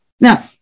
Now